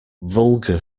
vulgar